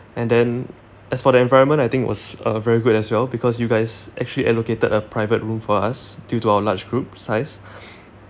and then as for the environment I think it was uh very good as well because you guys actually allocated a private room for us due to our large group size